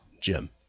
Jim